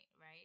right